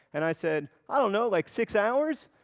and i said, i don't know, like, six hours,